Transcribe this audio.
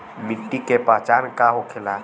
मिट्टी के पहचान का होखे ला?